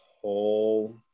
whole